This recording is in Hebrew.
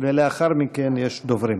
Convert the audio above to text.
לאחר מכן, יש דוברים.